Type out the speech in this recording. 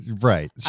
right